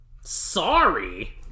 Sorry